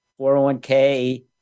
401k